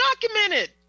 documented